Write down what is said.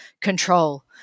control